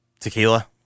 Tequila